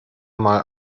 mal